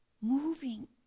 moving